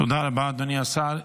תודה רבה, אדוני השר.